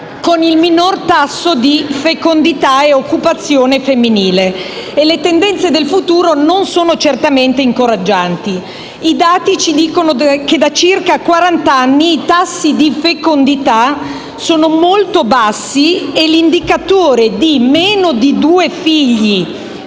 con il minor tasso di fecondità e occupazione femminile. E le tendenze del futuro non sono certamente incoraggianti. I dati ci dicono che da circa quarant'anni i tassi di fecondità sono molto bassi e l'indicatore (meno di due figli